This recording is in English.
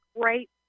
great